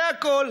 זה הכול.